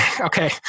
okay